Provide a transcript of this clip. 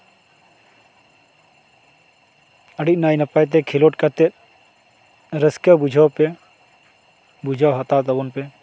ᱟᱹᱰᱤ ᱱᱟᱭᱼᱱᱟᱯᱟᱭ ᱛᱮ ᱠᱷᱮᱹᱞᱳᱰ ᱠᱟᱛᱮ ᱨᱟᱹᱥᱠᱟᱹ ᱵᱩᱡᱷᱟᱹᱣ ᱯᱮ ᱵᱩᱡᱷᱟᱹᱣ ᱦᱟᱛᱟᱣ ᱛᱟᱵᱚᱱ ᱯᱮ